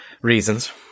reasons